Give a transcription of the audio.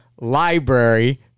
library